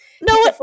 No